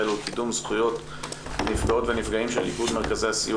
ובקידום זכויות נפגעות ונפגעים של איגוד מרכזי הסיוע